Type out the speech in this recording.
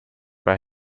bei